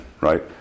right